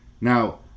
Now